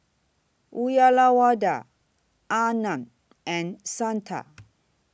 Uyyalawada Arnab and Santha